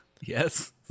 Yes